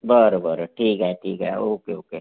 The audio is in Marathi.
बरं बरं ठीक आहे ठीक आहे ओके ओके